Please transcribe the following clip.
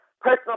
personal